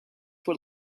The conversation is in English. what